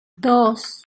dos